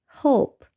hope